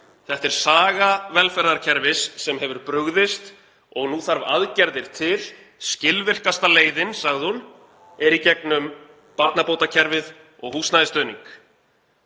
„Þetta er saga velferðarkerfis sem hefur brugðist og það þarf aðgerðir til. Skilvirkasta leiðin er í gegnum barnabótakerfið og húsnæðisstuðning.“